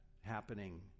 happening